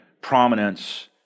prominence